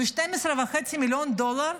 12.5 מיליון דולר.